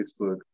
Facebook